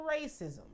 racism